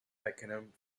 pakenham